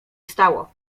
stało